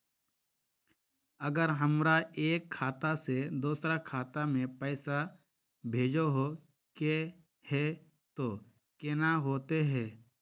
अगर हमरा एक खाता से दोसर खाता में पैसा भेजोहो के है तो केना होते है?